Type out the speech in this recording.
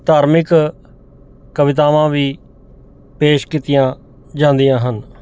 ਧਾਰਮਿਕ ਕਵਿਤਾਵਾਂ ਵੀ ਪੇਸ਼ ਕੀਤੀਆਂ ਜਾਂਦੀਆਂ ਹਨ